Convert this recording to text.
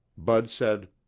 bud said,